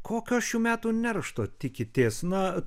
kokio šių metų neršto tikitės na